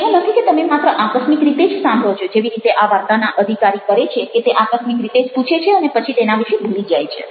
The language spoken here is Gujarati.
એવું નથી કે તમે માત્ર આકસ્મિક રીતે જ સાંભળો છો જેવી રીતે આ વાર્તાના અધિકારીકરે છે કે તે આકસ્મિક રીતે જ પૂછે છે અને પછી તેના વિશે ભૂલી જાય છે